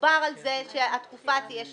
דובר על זה שהתקופה תהיה שנתיים,